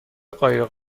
قایق